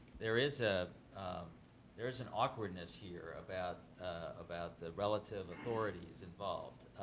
there is a there's an awkwardness here about about the relative authorities involved.